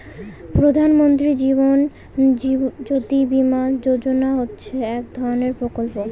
প্রধান মন্ত্রী জীবন জ্যোতি বীমা যোজনা হচ্ছে এক ধরনের প্রকল্প